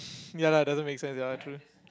ya lah doesn't make sense ya true